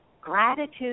Gratitude